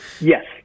yes